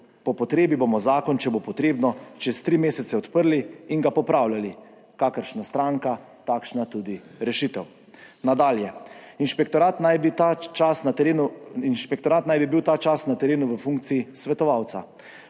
Po potrebi bomo zakon, če bo potrebno, čez tri mesece odprli in ga popravljali." Kakršna stranka, takšna tudi rešitev. Nadalje, inšpektorat naj bi ta čas na terenu, inšpektorat